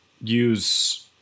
use –